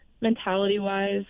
mentality-wise